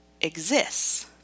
exists